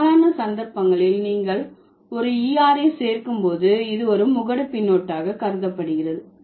பெரும்பாலான சந்தர்ப்பங்களில் நீங்கள் ஒரு er ஐ சேர்க்கும் போது இது ஒரு முகடு பின்னொட்டாக கருதப்படுகிறது